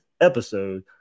episode